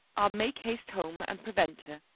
i'll make haste home and prevent her.